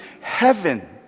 heaven